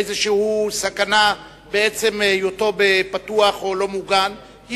איזושהי סכנה מהיותו פתוח או לא מוגן,